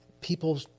People